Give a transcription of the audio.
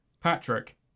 Patrick